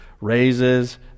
Raises